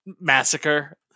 massacre